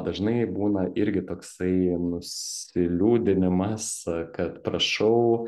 dažnai būna irgi toksai nusiliūdinimas kad prašau